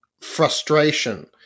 frustration